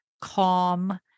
calm